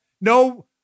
no